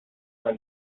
from